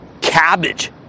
cabbage